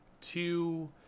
two